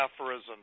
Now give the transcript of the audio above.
aphorisms